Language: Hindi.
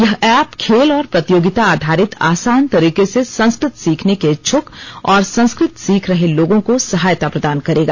यह एप खेल और प्रतियोगिता आधारित आसान तरीके से संस्कृत सीखने के इच्छुक और संस्कृत सीख रहे लोगों को सहायता प्रदान करेगा